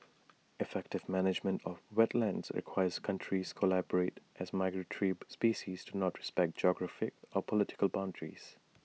effective management of wetlands requires countries collaborate as migratory species do not respect geographic or political boundaries